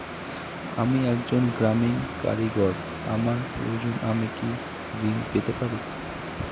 আমি একজন গ্রামীণ কারিগর আমার প্রয়োজনৃ আমি কি ঋণ পেতে পারি?